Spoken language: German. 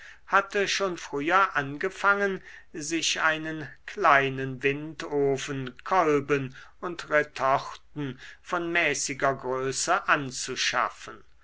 hatte schon früher angefangen sich einen kleinen windofen kolben und retorten von mäßiger größe anzuschaffen